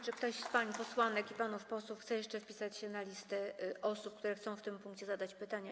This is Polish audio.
Czy ktoś z pań posłanek i panów posłów chce jeszcze wpisać się na listę osób, które chcą w tym punkcie zadać pytanie?